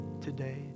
today